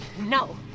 No